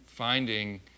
finding